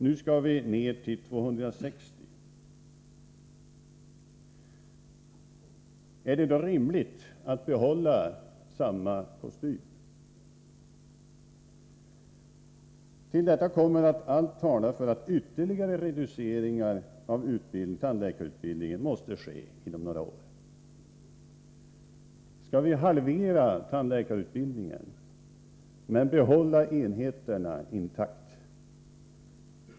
Nu skall man ned till 260. Är det då rimligt att behålla samma kostym? Till detta kommer att allt talar för ytterligare reduceringar av tandläkarutbildningen inom loppet av några år. Skall vi halvera tandläkarutbildningen men behålla enheterna intakta?